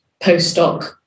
postdoc